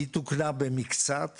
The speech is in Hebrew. שתוקנה במקצת